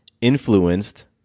influenced